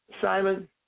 Simon